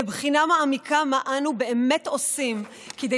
לבחינה מעמיקה מה אנו באמת עושים כדי